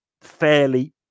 fairly